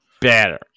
Better